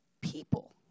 People